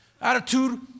Attitude